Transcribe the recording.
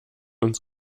uns